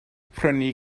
prynu